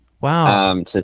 wow